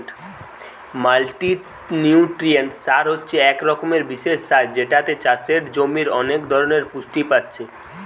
multinutrient সার হচ্ছে এক রকমের বিশেষ সার যেটাতে চাষের জমির অনেক ধরণের পুষ্টি পাচ্ছে